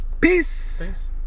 Peace